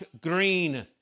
green